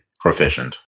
proficient